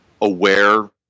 aware